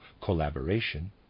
collaboration